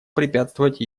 препятствовать